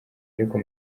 ariko